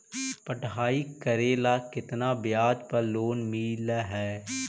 पढाई करेला केतना ब्याज पर लोन मिल हइ?